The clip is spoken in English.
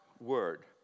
word